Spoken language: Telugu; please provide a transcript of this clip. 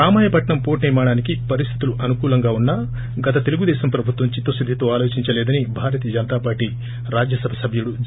రామాయపట్నం పోర్లు నిర్మాణానికి పరిస్లితులు అనుకూలంగా ఉన్నా గత తెలుగుదేశం ప్రభుత్వం చిత్తశుద్ధితో ఆలోచించలేదని భారతీయ జనతా పార్టీ రాజ్యసభ సభ్యుడు జీ